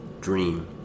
dream